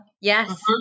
Yes